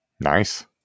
Nice